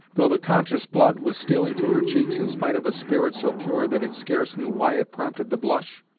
though the conscious blood was stealing to her cheeks in spite of a spirit so pure that it scarce knew why it prompted the blush,